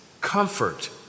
comfort